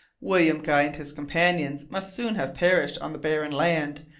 william guy and his companions must soon have perished on the barren land,